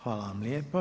Hvala vam lijepo.